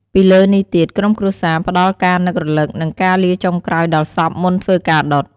ពីលើនេះទៀតក្រុមគ្រួសារផ្ដល់ការនឹករលឹកនិងការលាចុងក្រោយដល់សព មុនធ្វើការដុត។